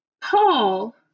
Paul